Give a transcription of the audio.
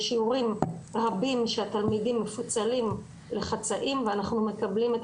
יש שיעורים רבים שהתלמידים מפוצלים לחצאים ואנחנו מקבלים את